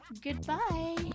goodbye